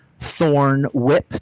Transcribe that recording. thornwhip